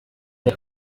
hop